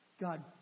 God